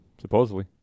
Supposedly